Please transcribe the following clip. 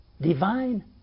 Divine